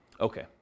okay